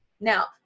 Now